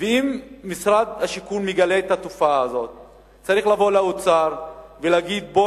אם משרד השיכון מגלה את התופעה הזאת הוא צריך לבוא לאוצר ולהגיד: בוא